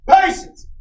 patience